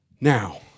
Now